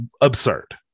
Absurd